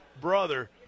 brother